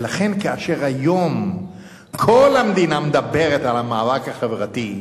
ולכן, כאשר היום כל המדינה מדברת על המאבק החברתי,